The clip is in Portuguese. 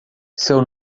seu